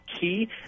key